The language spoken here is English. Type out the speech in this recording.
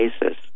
basis